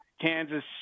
Kansas